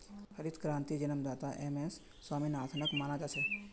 हरित क्रांतिर जन्मदाता एम.एस स्वामीनाथनक माना जा छे